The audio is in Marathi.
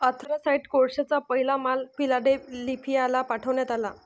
अँथ्रासाइट कोळशाचा पहिला माल फिलाडेल्फियाला पाठविण्यात आला